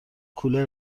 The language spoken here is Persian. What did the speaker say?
کولر